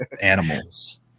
animals